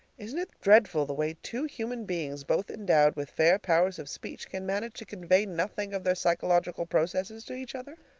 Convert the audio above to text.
isn't it dreadful the way two human beings, both endowed with fair powers of speech, can manage to convey nothing of their psychological processes to each other?